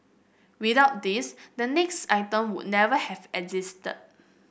without this the next item would never have existed